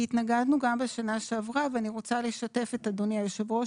התנגדנו גם בשנה שעברה ואני רוצה לשתף את אדוני היושב ראש